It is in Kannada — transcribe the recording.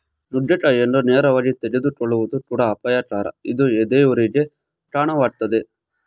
ನುಗ್ಗೆಕಾಯಿಯನ್ನು ನೇರವಾಗಿ ತೆಗೆದುಕೊಳ್ಳುವುದು ಕೂಡ ಅಪಾಯಕರ ಇದು ಎದೆಯುರಿಗೆ ಕಾಣವಾಗ್ತದೆ